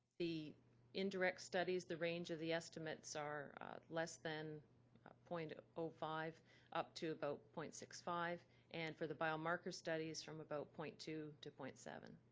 the indirect studies, the range of the estimates are less than point ah zero five up to about point six five and for the biomarker studies from about point two to point seven.